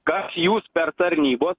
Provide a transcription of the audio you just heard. kas jūs per tarnybos